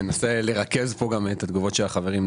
ננסה לרכז פה גם את התגובות של החברים,